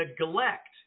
neglect